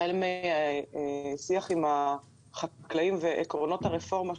החל משיח עם החקלאים ועקרונות הרפורמה.